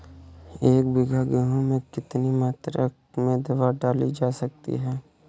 एक बीघा गेहूँ में कितनी मात्रा में दवा डाली जा सकती है?